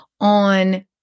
on